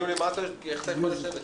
הם אמרו לי, איך אתה יכול לשבת איתם?